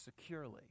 securely